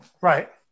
Right